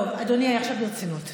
טוב, אדוני, עכשיו ברצינות.